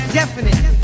definite